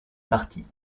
partie